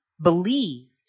believed